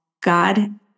God